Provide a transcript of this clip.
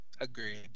Agreed